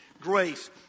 grace